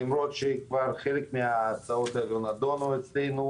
למרות שחלק מההצעות כבר נדונו אצלנו